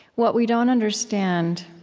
what we don't understand